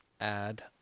add